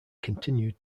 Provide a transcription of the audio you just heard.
continued